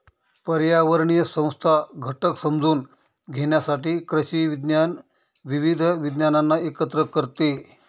पर्यावरणीय संस्था घटक समजून घेण्यासाठी कृषी विज्ञान विविध विज्ञानांना एकत्र करते